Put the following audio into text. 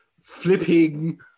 flipping